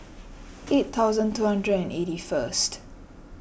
eight thousand two hundred and eighty first